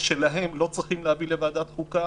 שלהם לא צריך להביא לוועדת החוקה